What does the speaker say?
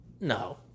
No